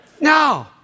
No